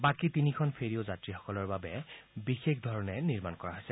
বাকী তিনিখন ফেৰীও যাত্ৰীসকলৰ বাবে বিশেষ ধৰণে নিৰ্মাণ কৰা হৈছে